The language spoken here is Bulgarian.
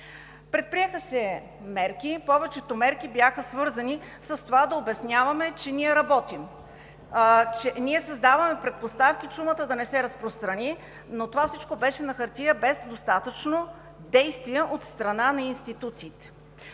Предприеха се мерки и повечето бяха свързани с това да обясняваме, че работим, че създаваме предпоставки чумата да не се разпространи, но всичко това беше на хартия без достатъчно действия от страна на институциите.